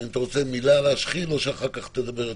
אתה רוצה לפניו להשחיל מילה או שאחר כך תדבר יותר?